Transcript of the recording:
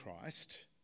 Christ